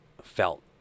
felt